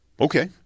Okay